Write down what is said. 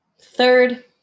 Third